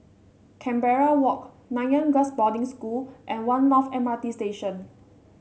Canberra Walk Nanyang Girls' Boarding School and One North M R T Station